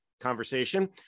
conversation